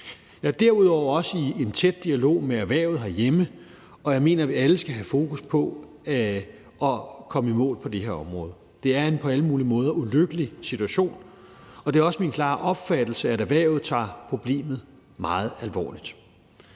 Jeg er derudover også i en tæt dialog med erhvervet herhjemme, og jeg mener, at vi alle skal have fokus på at komme i mål på det her område. Det er en på alle mulige måder ulykkelig situation, og det er også min klare opfattelse, at erhvervet tager problemet meget alvorligt.